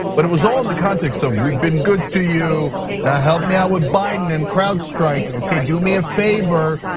but it was all in the context of we've been good to you, now help me out with biden and crowdstrike, okay? do me a favor,